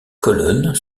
colonnes